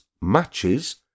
matches